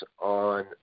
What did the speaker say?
on